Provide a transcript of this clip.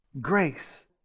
grace